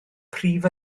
prif